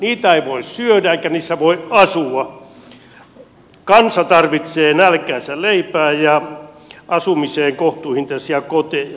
niitä ei voi syödä eikä niissä voi asua kansa tarvitsee nälkäänsä leipää ja asumiseen kohtuuhintaisia koteja